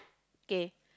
K